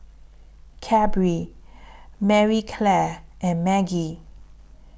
Cadbury Marie Claire and Maggi